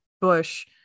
Bush